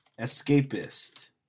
Escapist